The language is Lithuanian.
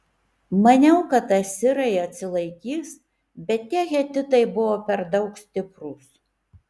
maniau kad asirai atsilaikys bet tie hetitai buvo per daug stiprūs